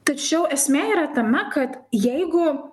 tačiau esmė yra tame kad jeigu